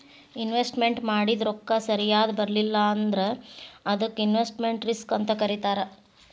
investment ಮಾಡಿದ್ ರೊಕ್ಕ ಸರಿಯಾಗ್ ಬರ್ಲಿಲ್ಲಾ ಅಂದ್ರ ಅದಕ್ಕ ಇನ್ವೆಸ್ಟ್ಮೆಟ್ ರಿಸ್ಕ್ ಅಂತ್ ಕರೇತಾರ